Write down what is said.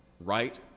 Right